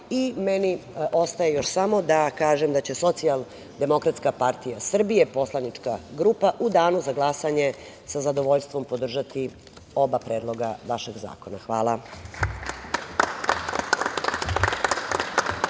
prava. Meni ostaje još samo da kažem da će Socijaldemokratska partija Srbije, poslanička grupa u danu za glasanje sa zadovoljstvom podržati oba predloga vašeg zakona. Hvala.